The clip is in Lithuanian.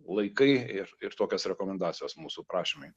laikai ir ir tokios rekomendacijos mūsų prašymai